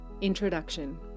Introduction